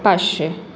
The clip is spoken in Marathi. पाचशे